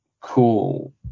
cool